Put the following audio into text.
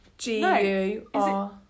G-U-R